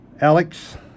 Alex